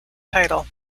title